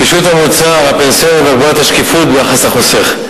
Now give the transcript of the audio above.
פישוט המוצר הפנסיוני והגברת השקיפות ביחס לחוסך.